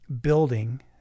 building